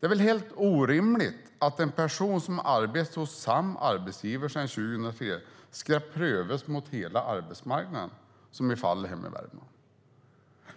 Det är väl helt orimligt att en person som har arbetat hos samma arbetsgivare sedan 2003 ska prövas mot hela arbetsmarknaden, som i fallet hemma i Värmland,